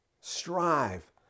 strive